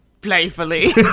playfully